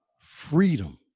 freedom